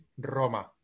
Roma